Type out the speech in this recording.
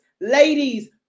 ladies